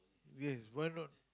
yes why not